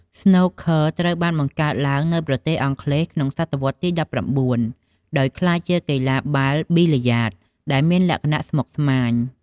ស្នូកឃ័រ ត្រូវបានបង្កើតឡើងនៅប្រទេសអង់គ្លេសក្នុងសតវត្សទី ១៩ ដោយក្លាយជាកីឡាបាល់ប៊ីល្យាដដែលមានលក្ខណៈស្មុគស្មាញ។